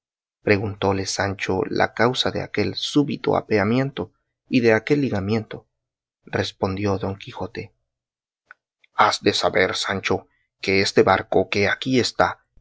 estaba preguntóle sancho la causa de aquel súbito apeamiento y de aquel ligamiento respondió don quijote has de saber sancho que este barco que aquí está